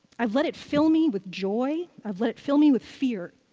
i've let it fill me with joy, i've let it fill me with fear,